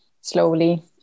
slowly